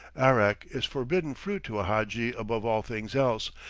arrack is forbidden fruit to a hadji above all things else,